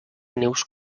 nius